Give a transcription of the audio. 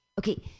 Okay